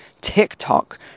TikTok